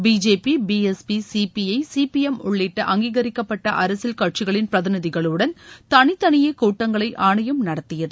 BJP B S P CPI சிபிளம் உள்ளிட்ட அங்கீகரிக்கப்பட்ட அரசியல் கட்சிகளின் பிரதிநிதிகளுடன் தனித்தனியே கூட்டங்களை ஆணையம் நடத்தியது